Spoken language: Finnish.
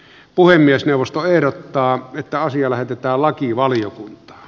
puhemiesneuvosto ehdottaa että asia lähetetään lakivaliokuntaan